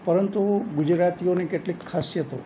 પરંતુ ગુજરાતીઓની કેટલીક ખાસિયતો